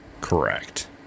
Correct